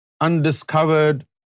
undiscovered